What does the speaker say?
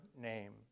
name